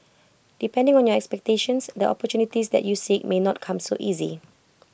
depending on your expectations the opportunities that you seek may not come so easy